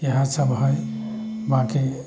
इएह सब हइ बाँकि